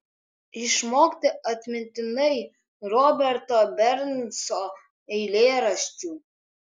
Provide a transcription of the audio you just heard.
išmokti atmintinai roberto bernso eilėraščių